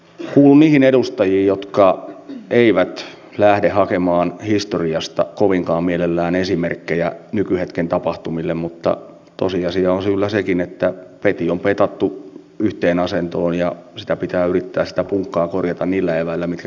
kuulun niihin edustajiin jotka eivät lähde hakemaan historiasta kovinkaan mielellään esimerkkejä nykyhetken tämän kokonaisuuden tarkoitus on kilpailukyvyn parantamisen lisäksi oikeudenmukaisuus ja sitä pitää yrittää sata puntaa tasa arvo monellakin tapaa